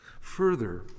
Further